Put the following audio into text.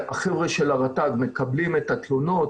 החבר'ה של הרט"ג מקבלים את התמונות,